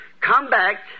comeback